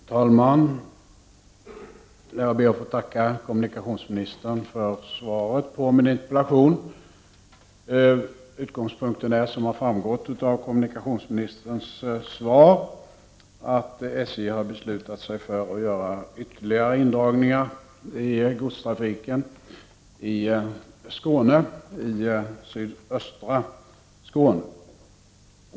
Herr talman! Jag ber att få tacka kommunikationsministern för svaret på min interpellation. Utgångspunkten är, som har framgått av kommunikationsministerns svar, att SJ har beslutat sig för att göra ytterligare indragningar i godstrafiken i sydöstra Skåne.